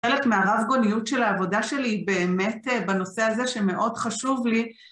חלק מהרב גוניות של העבודה שלי באמת בנושא הזה שמאוד חשוב לי